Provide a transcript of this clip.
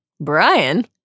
Brian